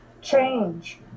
change